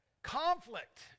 Conflict